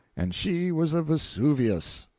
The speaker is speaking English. and she was a vesuvius.